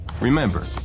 Remember